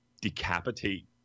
decapitate